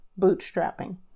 bootstrapping